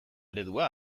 eredua